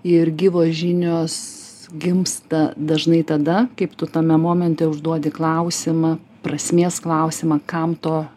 ir gyvos žinios gimsta dažnai tada kaip tu tame momente užduodi klausimą prasmės klausimą kam to